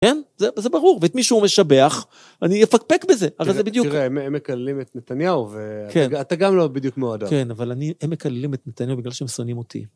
כן? זה ברור, ואת מי שהוא הוא משבח, אני אפקפק בזה, אבל זה בדיוק... תראה, הם מקללים את נתניהו, ואתה גם לא בדיוק מועדף. כן, אבל הם מקללים את נתניהו בגלל שהם שונאים אותי.